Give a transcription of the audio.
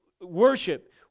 worship